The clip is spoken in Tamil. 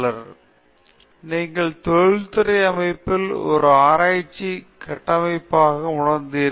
பேராசிரியர் பிரதாப் ஹரிதாஸ் சரி நீங்கள் தொழிற்துறை அமைப்பில் ஒரு ஆராய்ச்சி கட்டமைக்கப்பட்டதாக உணர்ந்தீர்கள்